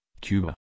Cuba